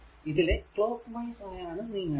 ഇതിലെ clockwise ആയാണ് നീങ്ങേണ്ടത്